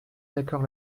d’accord